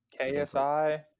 KSI